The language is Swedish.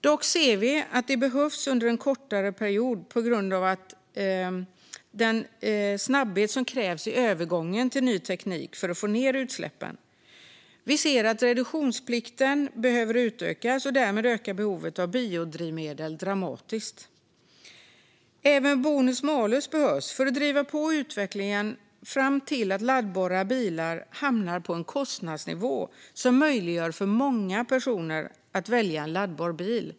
Dock ser vi att detta behövs under en kortare period på grund av den snabbhet som krävs i övergången till ny teknik för att få ned utsläppen. Vi ser att reduktionsplikten behöver utökas, och därmed ökar behovet av biodrivmedel dramatiskt. Även bonus-malus behövs för att driva på utvecklingen fram till dess att laddbara bilar hamnar på en kostnadsnivå som möjliggör för många personer att välja en laddbar bil.